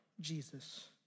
Jesus